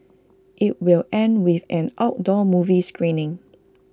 IT will end with an outdoor movie screening